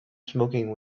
smoking